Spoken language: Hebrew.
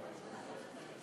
התקבלה.